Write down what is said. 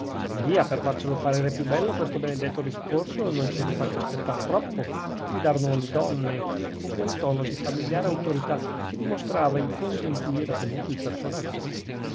via per farcelo parere più bello questo benedetto discorso non ce lo faccia aspettar troppo gridarono le dame con quel tono di familiare autorità che dimostrava il conto in cui era tenuto il personaggio